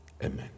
Amen